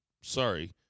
Sorry